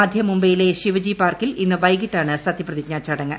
മധ്യമുംബൈയിലെ ശിവജി പാർക്കിൽ ഇന്ന് വൈകിട്ടാണ് സത്യപ്രതിജ്ഞാ ചടങ്ങ്